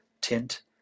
tint